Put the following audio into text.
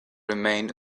remained